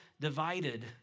divided